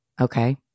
okay